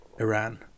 Iran